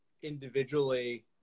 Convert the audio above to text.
individually